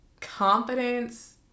confidence